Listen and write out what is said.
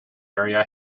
area